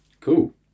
Cool